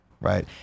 right